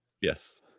yes